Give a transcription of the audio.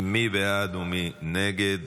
מי בעד ומי נגד?